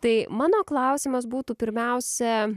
tai mano klausimas būtų pirmiausia